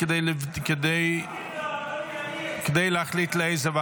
אני קובע כי הצעת חוק הקמת שדה התעופה